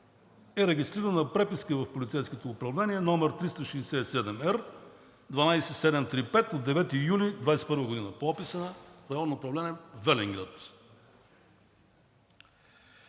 е регистрирана преписка в полицейското управление –№ 367-Р-12735 от 9 юли 2021 г. по описа на Районно управление – Велинград.